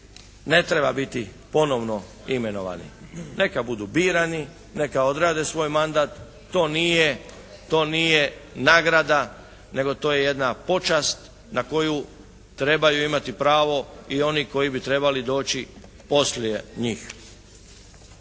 ne treba biti ponovno imenovani. Neka budu birani, neka odrade svoj mandat, to nije nagrada nego to je jedna počast na koju trebaju imati pravo i oni koji bi trebali doći poslije njih.